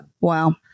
Wow